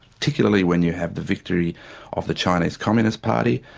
particularly when you have the victory of the chinese communist party,